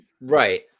Right